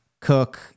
Cook